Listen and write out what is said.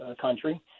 country